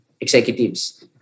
executives